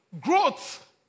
growth